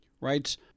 writes